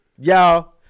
Y'all